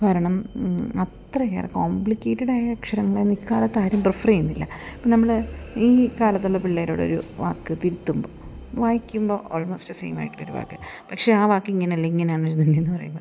കാരണം അത്രയേറെ കോംപ്ലിക്കേറ്റഡായ അക്ഷരങ്ങൾ ഇക്കാലത്താരും പ്രിഫർ ചെയ്യുന്നില്ല ഇപ്പം നമ്മള് ഈ കാലത്തുള്ള പിള്ളേരോടൊരു വാക്ക് തിരുത്തുമ്പോൾ വായിക്കുമ്പോൾ ഓൾമോസ്റ്റ് സെയിം ആയിട്ടുള്ളൊരു വാക്ക് പക്ഷേ ആ വാക്ക് ഇങ്ങനെല്ല ഇങ്ങനാണ് ഇ തന്നെന്ന് പറയുമ്പോൾ